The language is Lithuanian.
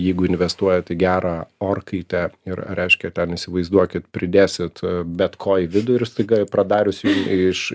jeigu investuojat į gerą orkaitę ir reiškia ten įsivaizduokit pridėsit bet ko į vidų ir staiga pradarius jum iš